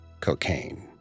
cocaine